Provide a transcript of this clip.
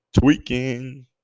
Tweaking